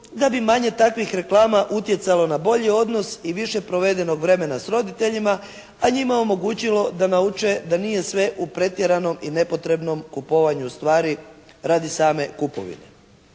da bi manje takvih reklama utjecalo na bolji odnos i više provedenog vremena s roditeljima a njima omogućilo da nauče da nije sve u pretjeranom i nepotrebnom kupovanju stvari radi same kupovine.